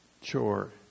chore